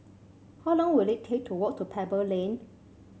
how long will it take to walk to Pebble Lane